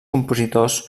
compositors